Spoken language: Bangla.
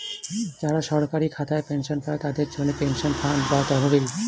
যারা সরকারি খাতায় পেনশন পায়, তাদের জন্যে পেনশন ফান্ড বা তহবিল